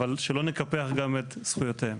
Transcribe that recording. שלא נקפח גם את זכויותיהם.